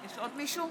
עוד מישהו?